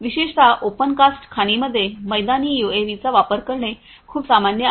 विशेषतः ओपनकास्ट खाणींमध्ये मैदानी यूएव्हीचा वापर करणे खूप सामान्य आहे